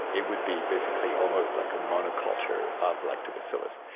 it would be basically almost like a monoculture of lactobacillus.